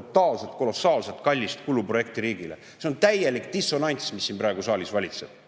totaalselt kolossaalselt kallis kuluprojekt riigile. See on täielik dissonants, mis siin praegu saalis valitseb.